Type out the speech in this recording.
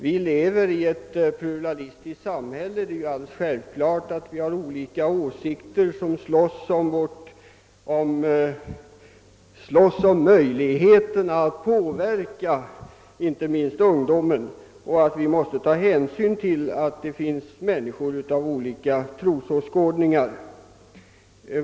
Vi lever i ett pluralistiskt samhälle, och det är alldeles självklart att olika åsiktsriktningar försöker påverka inte minst ungdomen. Vi måste ta hänsyn till att det finns människor av olika trosåskådningar.